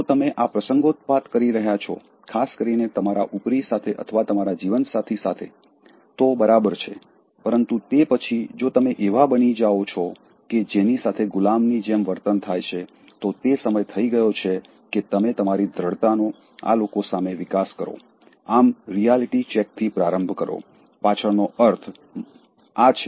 જો તમે આ પ્રસંગોત્પાત કરી રહ્યા છો ખાસ કરીને તમારા ઉપરી સાથે અથવા તમારા જીવનસાથી સાથે તો બરાબર છે પરંતુ તે પછી જો તમે એવા બની જાઓ છો કે જેની સાથે ગુલામની જેમ વર્તન થાય છે તો તે સમય થઈ ગયો છે કે તમે તમારી દ્દઢતાનો આ લોકો સામે વિકાસ કરો આમ રિયાલિટી ચેકથી પ્રારંભ કરો પાછળનો મારો અર્થ આ છે